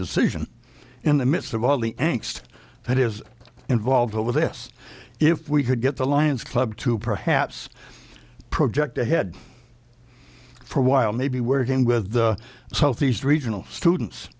decision in the midst of all the angsty that is involved with this if we could get the lion's club to perhaps project ahead for a while maybe working with the southeast regional students